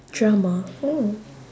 drama oh